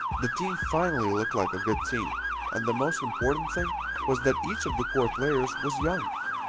the team finally looked like a good team and the most important thing was that each of the core players was young.